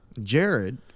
Jared